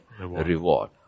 reward